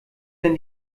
denn